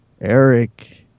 Eric